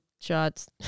shots